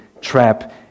trap